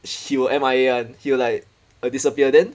she will M_I_A [one] and he will like uh disappear then